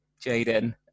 Jaden